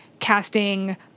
casting